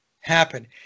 happen